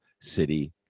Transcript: city